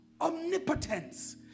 omnipotence